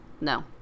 no